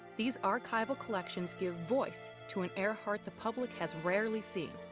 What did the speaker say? these archival collections give voice to an earhart the public has rarely seen,